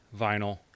vinyl